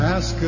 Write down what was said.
Ask